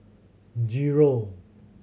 zero